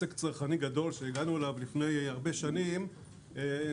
הישג צרכני גדול שהגענו אליו לפני הרבה שנים נועד,